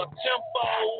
tempo